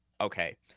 okay